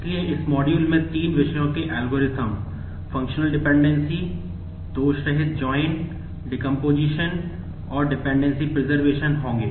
इसलिए इस मॉड्यूल में तीन विषयों के एल्गोरिदम होंगे